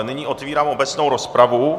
Nyní otevírám obecnou rozpravu.